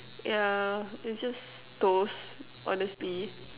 yeah is just toast honestly